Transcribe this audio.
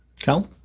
Cal